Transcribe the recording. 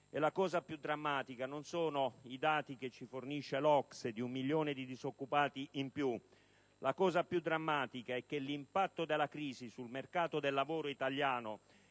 La cosa più drammatica non sono i dati, che ci fornisce l'OCSE, di un milione di disoccupati in più, ma il fatto che l'impatto della crisi sul mercato del lavoro italiano